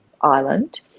island